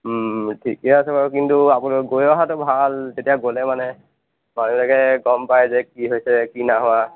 ঠিকে আছে বাৰু কিন্তু আপোনালোক গৈ অহাতো ভাল তেতিয়া গ'লে মানে মানুহবিলাকে গম পাইযে কি হৈছে কি নাই হোৱা